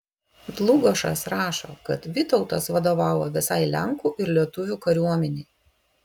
dlugošas rašo kad vytautas vadovavo visai lenkų ir lietuvių kariuomenei